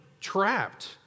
trapped